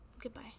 Goodbye